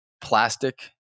plastic